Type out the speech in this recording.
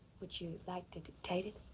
would you like to dictate it?